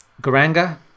Garanga